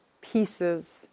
pieces